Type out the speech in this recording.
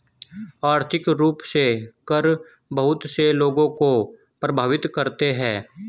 आर्थिक रूप से कर बहुत से लोगों को प्राभावित करते हैं